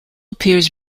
appears